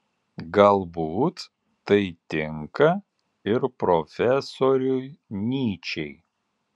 galbūt tai tinka ir profesoriui nyčei